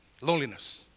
Loneliness